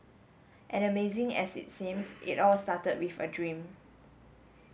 and amazing as it's seems it all started with a dream